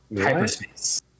Hyperspace